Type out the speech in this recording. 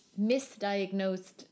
misdiagnosed